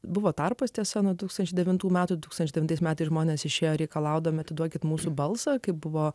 buvo tarpas tiesa nuo tūkstantis devintų metų tūkstantis devintais metais žmonės išėjo reikalaudami atiduokit mūsų balsą kai buvo